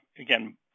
again